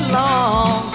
long